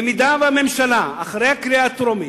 במידה שהממשלה, אחרי הקריאה הטרומית,